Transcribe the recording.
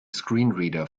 screenreader